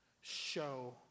show